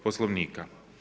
Poslovnika.